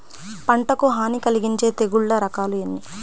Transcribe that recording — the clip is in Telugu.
పంటకు హాని కలిగించే తెగుళ్ళ రకాలు ఎన్ని?